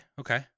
Okay